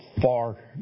far